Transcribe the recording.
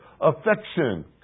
Affection